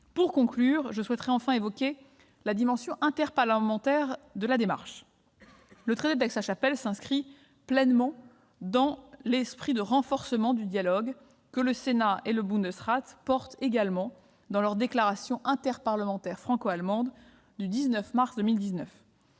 commune. Je souhaiterais enfin évoquer la dimension interparlementaire de cette démarche. Le traité d'Aix-la-Chapelle s'inscrit pleinement dans l'esprit de renforcement du dialogue que le Sénat et le Bundesrat portent également dans leur déclaration interparlementaire franco-allemande du 19 mars 2019.